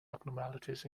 abnormalities